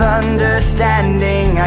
understanding